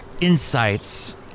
insights